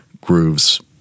grooves